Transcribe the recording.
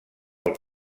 els